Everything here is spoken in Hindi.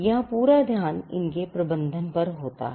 यहां पूरा ध्यान इनके प्रबंधन पर होता है